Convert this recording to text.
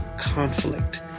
conflict